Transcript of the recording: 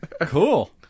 cool